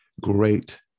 great